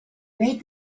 made